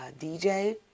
dj